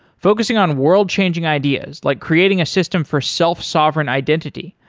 focusing on world-changing ideas like creating a system for self-sovereign identity,